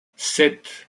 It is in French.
sept